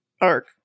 arc